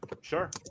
Sure